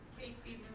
casey